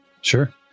Sure